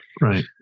Right